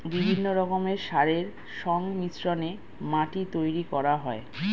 বিভিন্ন রকমের সারের সংমিশ্রণে মাটি তৈরি করা হয়